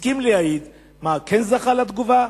הסכים להעיד, כן זכה לתגובה?